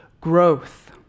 growth